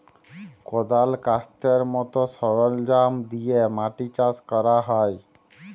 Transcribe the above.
কদাল, ক্যাস্তের মত সরলজাম দিয়ে মাটি চাষ ক্যরা হ্যয়